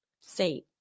Say